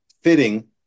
fitting